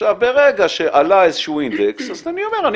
ברגע שעלה איזה שהוא אינדקס אני אומר שאני